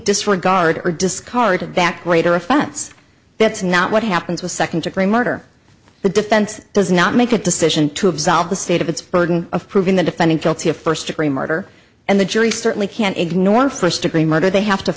disregard or discarded back greater offense that's not what happens with second degree murder the defense does not make a decision to absolve the state of its burden of proving the defendant guilty of first degree murder and the jury certainly can't ignore first degree murder they have to